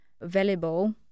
available